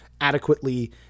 adequately